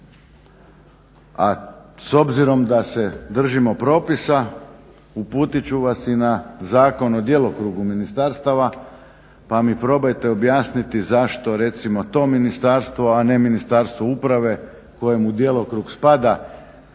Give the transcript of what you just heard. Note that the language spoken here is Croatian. A s obzirom da se držimo propisa uputit ću vas i na Zakon o djelokrugu ministarstava pa mi probajte objasniti zašto recimo to ministarstvo, a ne Ministarstvo uprave kojemu u djelokrug spada